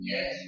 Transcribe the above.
Yes